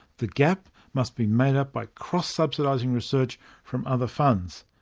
the gap must be made up by cross-subsidising research from other funds